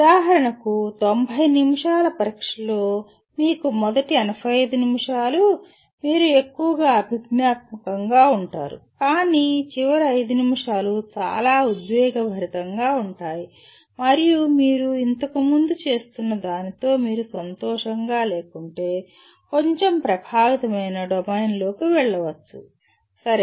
ఉదాహరణకు 90 నిమిషాల పరీక్షలో మీకు మొదటి 85 నిమిషాలు మీరు ఎక్కువగా అభిజ్ఞాత్మకంగా ఉంటారు కానీ చివరి 5 నిమిషాలు చాలా ఉద్వేగభరితంగా ఉంటాయి మరియు మీరు ఇంతకు ముందు చేస్తున్న దానితో మీరు సంతోషంగా లేకుంటే కొంచెం ప్రభావితమైన డొమైన్లోకి వెళ్ళవచ్చు సరే